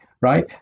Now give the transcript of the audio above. right